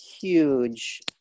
huge